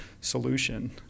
solution